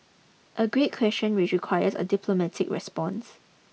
a great question which requires a diplomatic response